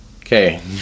Okay